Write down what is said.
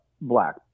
black